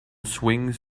swings